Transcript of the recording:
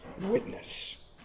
witness